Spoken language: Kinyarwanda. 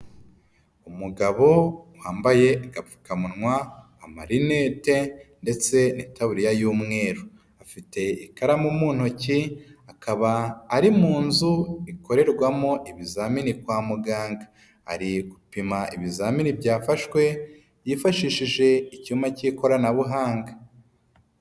Umugabo wambaye agapfukamunwa, amarinete ndetse n'itaburiya y'umweru, afite ikaramu mu ntoki, akaba ari mu nzu ikorerwamo ibizamini kwa muganga, ari gupima ibizamini byafashwe, yifashishije icyuma cy'ikoranabuhanga.